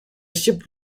ship